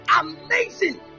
amazing